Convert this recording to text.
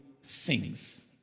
sings